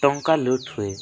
ଟଙ୍କା ଲୁଟ୍ ହୁଏ